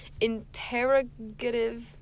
interrogative